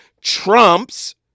trumps